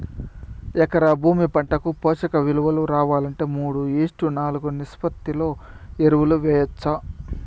ఎకరా భూమి పంటకు పోషక విలువలు రావాలంటే మూడు ఈష్ట్ నాలుగు నిష్పత్తిలో ఎరువులు వేయచ్చా?